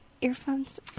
earphones